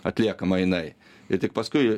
atliekama jinai ir tik paskui